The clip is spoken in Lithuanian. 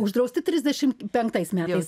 uždrausti trisdešim penktais metais